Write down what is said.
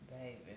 Baby